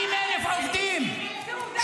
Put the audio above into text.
90,000 עובדים -- ליחיא סנוואר יש תעודה של אונר"א,